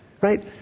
right